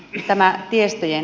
itämään viestiä